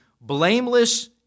blameless